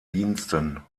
diensten